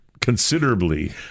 considerably